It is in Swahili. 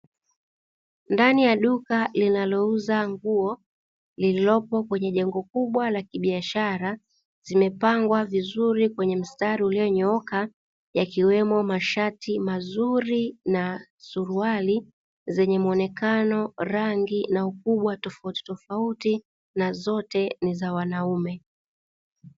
Ndani ya duka linalouza nguo lililopo kwenye jengo kubwa la kibiashara, zimepangwa vizuri kwenye mstari uliyonyooka; yakiwemo mashati mazuri na suruali zenye muonekano rangi na ukubwa tofautitofauti na zote ni za wanaume.